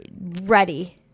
ready